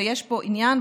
ויש פה עניין,